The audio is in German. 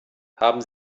haben